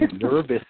nervous